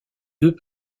deux